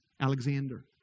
Alexander